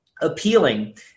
appealing